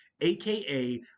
aka